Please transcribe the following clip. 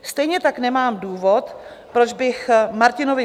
Stejně tak nemám důvod, proč bych Martinovi